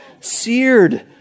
seared